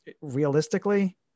realistically